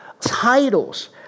titles